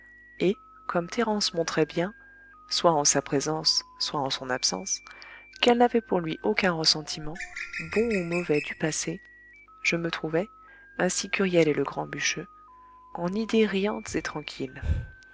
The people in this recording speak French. et comme thérence montrait bien soit en sa présence soit en son absence qu'elle n'avait pour lui aucun ressentiment bon ou mauvais du passé je me trouvais ainsi qu'huriel et le grand bûcheux en idées riantes et tranquilles